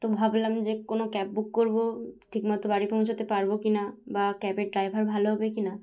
তো ভাবলাম যে কোনো ক্যাব বুক করবো ঠিকমতো বাড়ি পৌঁছোতে পারবো কি না বা ক্যাবের ড্রাইভার ভালো হবে কি না